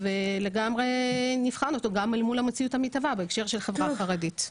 ולגמרי נבחן אותו גם אל מול המציאות המתהווה בהקשר של החברה החרדית.